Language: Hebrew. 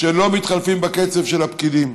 שלא מתחלפים בקצב של הפקידים.